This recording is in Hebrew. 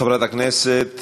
חברת הכנסת